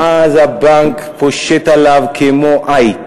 ואז הבנק פושט עליו כמו עיט,